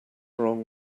wrong